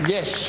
Yes